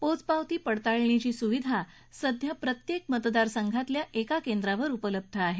पोचपवती पडताळणीची सुविधा सध्या प्रत्येक मतदार संघातल्या एका केंद्रावर उपलब्ध आहे